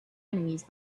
enemies